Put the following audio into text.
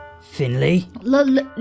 Finley